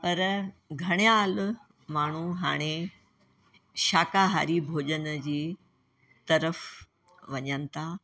पर घणे हाल माण्हू हाणे शाकाहारी भोजन जी तर्फ़ि वञनि था